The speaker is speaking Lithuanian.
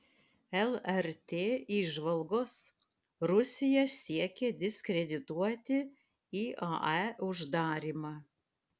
lrt įžvalgos rusija siekia diskredituoti iae uždarymą